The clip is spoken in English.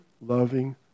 loving